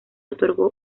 otorgó